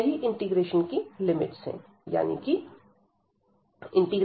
यही इंटीग्रेशन की लिमिट्स है x01yx2xxyxydydx